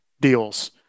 deals